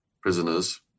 prisoners